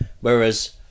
whereas